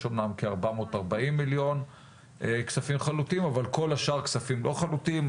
יש אמנם כ-440 מיליון כספים חלוטים אבל כל השאר כספים לא חלוטים.